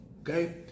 Okay